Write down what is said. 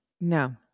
No